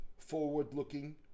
forward-looking